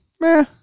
Meh